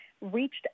reached